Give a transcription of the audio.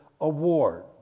award